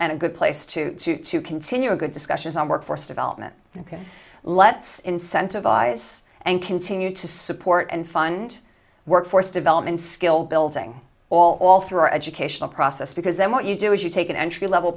and a good place to continue a good discussions on workforce development ok let's incentivize and continue to support and fund workforce development skill building all through our educational process because then what you do is you take an entry level